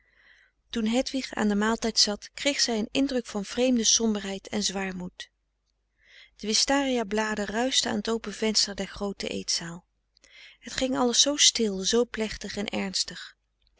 toen hedwig aan den maaltijd zat kreeg zij een indruk van vreemde somberheid en zwaarmoed de wistaria bladen ruischten aan t open venster der groote eetzaal het ging alles zoo stil zoo plechtig en ernstig